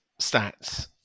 Stats